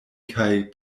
kaj